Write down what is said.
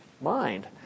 mind